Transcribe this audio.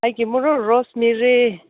ꯑꯩꯒꯤ ꯃꯔꯨꯞ ꯔꯣꯁꯃꯦꯔꯤ